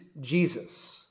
Jesus